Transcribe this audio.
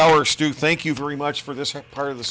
hour steve thank you very much for this part of th